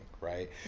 right